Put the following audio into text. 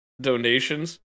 donations